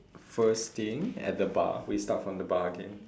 first thing at the bar we start from the bar again